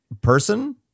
person